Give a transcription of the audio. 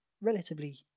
relatively